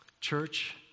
Church